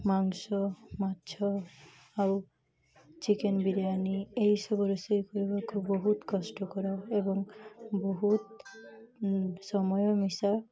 ମାଂସ ମାଛ ଆଉ ଚିକେନ୍ ବିରିୟାନୀ ଏହିସବୁ ରୋଷେଇ କରିବାକୁ ବହୁତ କଷ୍ଟକର ଏବଂ ବହୁତ ସମୟ ମିଶା